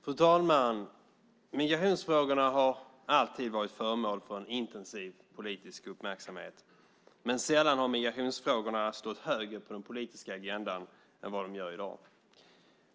Fru talman! Migrationsfrågorna har alltid varit föremål för en intensiv politisk uppmärksamhet, men sällan har migrationsfrågorna stått högre på den politiska agendan än vad de gör i dag.